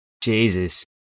Jesus